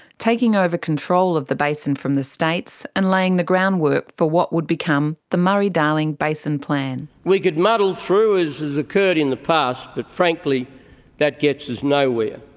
taking over control of the basin from the states and laying the groundwork for what would become the murray-darling basin plan. we could muddle through, as has occurred in the past, but frankly that gets us nowhere.